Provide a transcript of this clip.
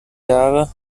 jahre